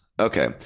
Okay